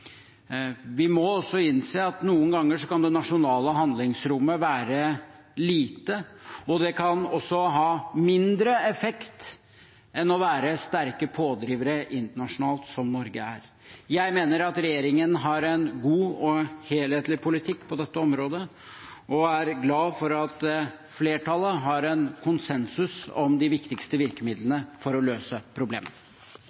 Vi må også innse at noen ganger kan det nasjonale handlingsrommet være lite, og det kan også ha mindre effekt enn å være sterk pådriver internasjonalt, som Norge er. Jeg mener at regjeringen har en god og helhetlig politikk på dette området og er glad for at flertallet har en konsensus om de viktigste